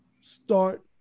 start